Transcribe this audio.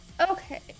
Okay